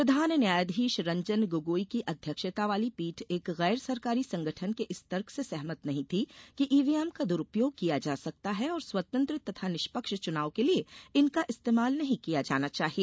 प्रधान न्यायाधीश रंजन गोगोई की अध्यक्षता वाली पीठ एक गैर सरकारी संगठन के इस तर्क से सहमत नहीं थी कि ईवीएम का दुरूपयोग किया जा सकता है और स्वतंत्र तथा निष्पक्ष चुनाव के लिए इनका इस्तेमाल नहीं किया जाना चाहिए